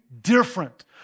different